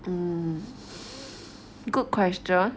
hmm good question